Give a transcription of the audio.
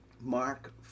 Mark